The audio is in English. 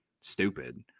stupid